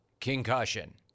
concussion